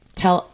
tell